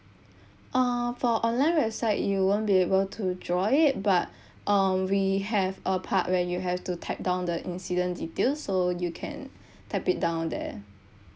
uh for online website you won't be able to draw it but um we have a part when you have to type down the incident detail so you can type it down there